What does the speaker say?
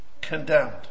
condemned